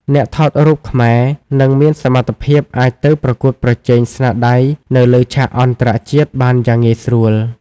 អ្នកថតរូបខ្មែរនឹងមានសមត្ថភាពអាចទៅប្រកួតប្រជែងស្នាដៃនៅលើឆាកអន្តរជាតិបានយ៉ាងងាយស្រួល។